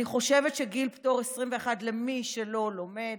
אני חושבת שגיל פטור 21 למי שלא לומד